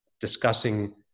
discussing